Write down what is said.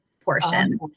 portion